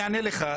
אני אענה לך.